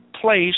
place